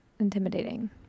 intimidating